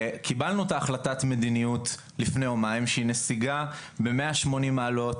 קיבלנו את החלטת המדיניות לפני יומיים שהיא נסיגה ב-180 מעלות